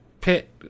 pit